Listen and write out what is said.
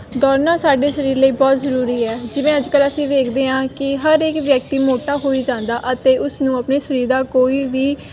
ਦੌੜਨਾ ਸਾਡੇ ਸਰੀਰ ਲਈ ਬਹੁਤ ਜ਼ਰੂਰੀ ਹੈ ਜਿਵੇਂ ਅੱਜ ਕੱਲ੍ਹ ਅਸੀਂ ਵੇਖਦੇ ਹਾਂ ਕਿ ਹਰ ਇੱਕ ਵਿਅਕਤੀ ਮੋਟਾ ਹੋਈ ਜਾਂਦਾ ਅਤੇ ਉਸ ਨੂੰ ਆਪਣੇ ਸਰੀਰ ਦਾ ਕੋਈ ਵੀ